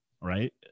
right